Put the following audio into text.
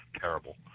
terrible